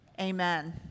Amen